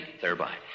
thereby